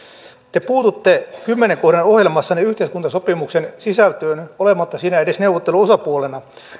te puututte kymmenen kohdan ohjelmassanne yhteiskuntasopimuksen sisältöön olematta siinä edes neuvotteluosapuolena